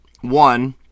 One